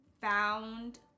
found